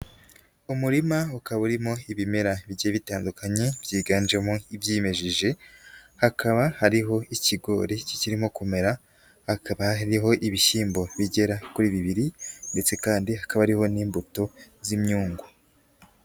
Umurima ukaba urimo ibimera bigiye bitandukanye byiganjemo ibyimejeje, hakaba hariho ikigori kikirimo kumera, hakaba hariho ibishyimbo bigera kuri bibiri ndetse kandi hakaba hariho n'imbuto z'imyungu.